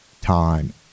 time